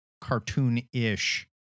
cartoon-ish